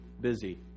busy